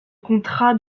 contrat